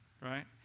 right